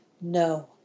no